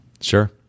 Sure